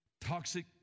Toxic